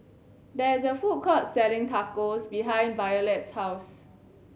there is a food court selling Tacos behind Violette's house